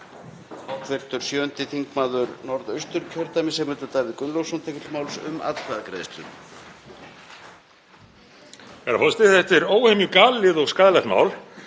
Þetta er óhemju galið og skaðlegt mál.